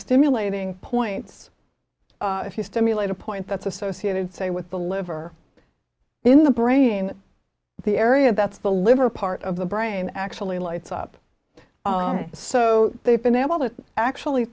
stimulating points if you stimulate a point that's associated say with the liver in the brain the area that's the liver part of the brain actually lights up so they've been able to actually